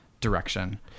direction